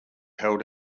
held